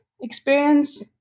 experience